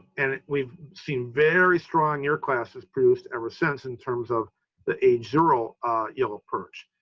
and we've seen very strong year classes produced ever since in terms of the age zero yellow perch.